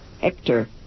Hector